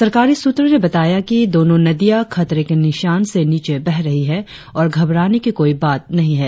सरकारी सूत्रो ने बताया कि दोनो नदियां खतरे के निशान से नीचे बह रही है और घबराने की कोई बात नही है